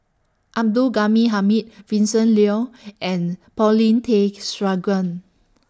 Abdul Ghani Hamid Vincent Leow and Paulin Tay Straughan